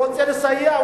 הוא רוצה לסייע,